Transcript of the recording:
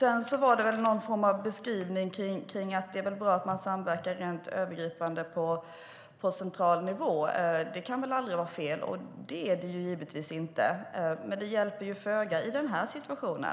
Vi fick höra någon form av beskrivning av att det är bra att man samverkar rent övergripande på central nivå och att det aldrig kan vara fel. Nej, det är det givetvis inte. Men det hjälper föga i denna situation.